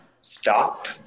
stop